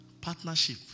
Partnership